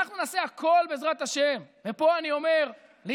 אנחנו נעשה הכול, בעזרת השם, ופה אני אומר לידידי,